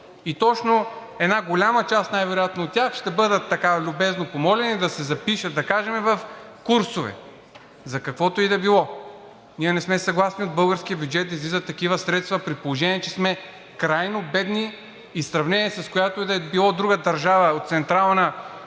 и точно една голяма част най-вероятно от тях ще бъдат любезно помолени да се запишат да кажем в курсове за каквото и да било. Ние не сме съгласни от българския бюджет да излизат такива средства, при положение че сме крайно бедни в сравнение с която и да е било друга държава от Централна и